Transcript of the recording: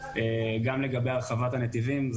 גם לגבי הרחבת הנתיבים,